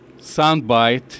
soundbite